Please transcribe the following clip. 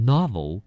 Novel